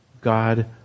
God